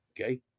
Okay